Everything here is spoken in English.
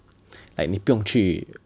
like 你不用去